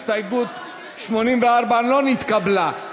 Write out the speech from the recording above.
הסתייגות 84 לא התקבלה.